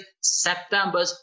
September